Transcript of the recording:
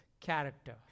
character